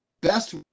best